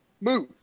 Move